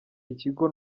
ikigo